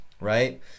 right